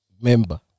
member